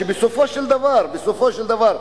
שבסופו של דבר בסופו של דבר,